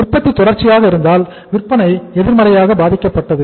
உற்பத்தி தொடர்ச்சியாக இருந்ததால் விற்பனை எதிர்மறையாக பாதிக்கப்பட்டது